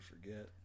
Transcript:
forget